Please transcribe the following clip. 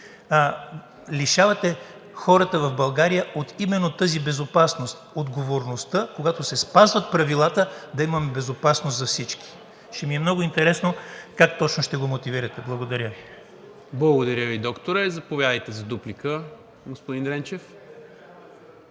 лишавате хората в България именно от тази безопасност, от отговорността, когато се спазват правилата, да имаме безопасност за всички. Ще ми е много интересно как точно ще го мотивирате. Благодаря Ви. ПРЕДСЕДАТЕЛ НИКОЛА МИНЧЕВ: Благодаря Ви, докторе. Заповядайте за дуплика, господин Дренчев.